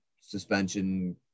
suspension